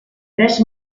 tres